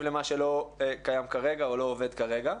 למה שלא קיים כרגע או לא עובד כרגע.